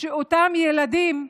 שאותם ילדים,